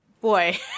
Boy